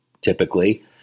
typically